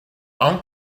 own